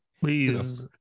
Please